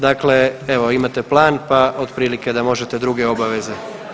Dakle, evo imate plan, pa otprilike da možete druge obaveze.